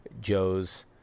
Joe's